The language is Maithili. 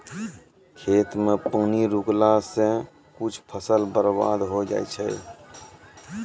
खेत मे पानी रुकला से कुछ फसल बर्बाद होय जाय छै